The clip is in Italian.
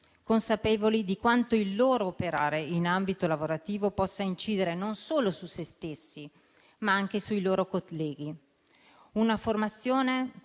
consapevoli di quanto il loro operare in ambito lavorativo possa incidere non solo su se stessi, ma anche sui loro colleghi. La formazione,